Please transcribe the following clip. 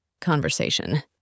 conversation